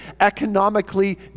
economically